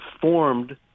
formed